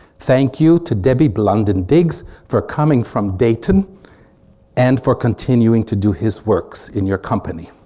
thank you to debbie blunden diggs for coming from dayton and for continuing to do his works in your company.